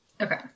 Okay